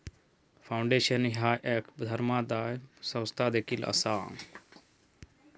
foundation ह्या एक धर्मादाय संस्था देखील असा